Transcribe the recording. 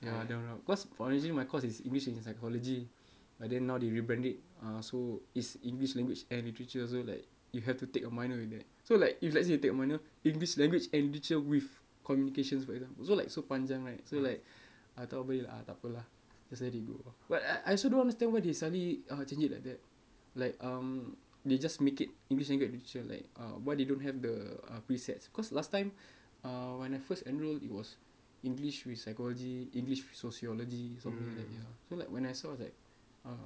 ya I don't know cause usually my course is english in psychology but then now they rebrand it ah so is english language and literature so like you have to take a minor in that so like if let's say you take minor english language and literature with communications for example so like so panjang right so like ah [tau] boleh takpe lah just let it go but i~ I also don't understand why they suddenly uh change it like that like um they just make it english language and literature like um why they don't have the presets cause last time uh when I first enrolled it was english with psychology english sociology something like that ya then like when I saw that um